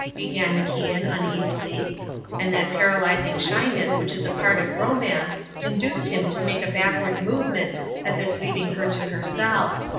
began macian, uneasily and that paralysing shyness which is a part of romance induced him to make a backward movement as if leaving her to herself.